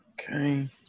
Okay